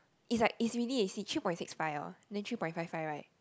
it's like it's really three point six five orh then three point five five right